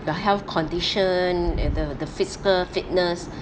the health condition and the the physical fitness